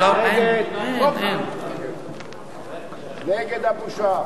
נגד הבושה.